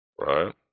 Right